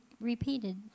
repeated